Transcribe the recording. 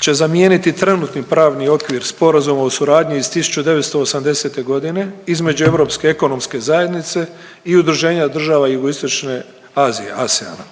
će zamijeniti trenutni pravni okvir sporazuma o suradnji iz 1980. godine između Europske ekonomske zajednice i udruženja država Jugoistočne Azije ASEAN-a.